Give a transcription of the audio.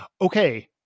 Okay